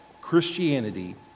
Christianity